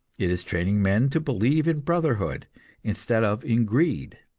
it is training men to believe in brotherhood instead of in greed.